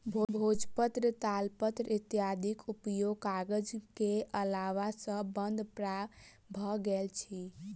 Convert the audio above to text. भोजपत्र, तालपत्र इत्यादिक उपयोग कागज के अयला सॅ बंद प्राय भ गेल अछि